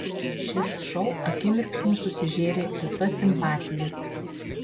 šis šou akimirksniu susižėrė visas simpatijas